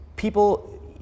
People